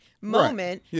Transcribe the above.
moment